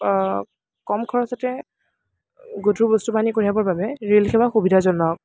কম খৰচতে গধুৰ বস্তু বাহিনী কঢ়িয়াবৰ বাবে ৰেল সেৱা সুবিধাজনক